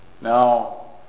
Now